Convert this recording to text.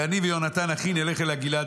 ואני ויונתן אחי נלך אל הגלעד.